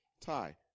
tie